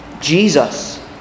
Jesus